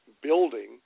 building